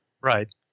Right